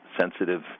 sensitive